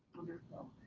wonderful,